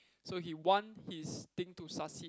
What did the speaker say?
so he want his thing to succeed